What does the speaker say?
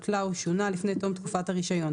הותלה או שונה לפני תום תקופת הרישום.